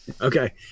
Okay